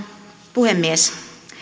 puhemies